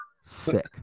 Sick